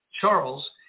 Charles